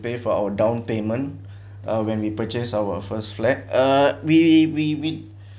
pay for our down payment uh when we purchased our first flat uh we we we